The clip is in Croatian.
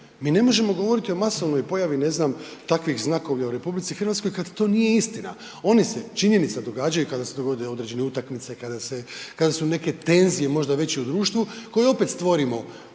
Mi ne možemo govoriti o masovnoj pojavi, ne znam, takvih znakovlja u RH kad to nije istina. Oni se, činjenica, događaju kada se dogode određene utakmice, kada su neke tenzije možda već i u društvu koje opet, stvorimo,